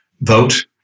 vote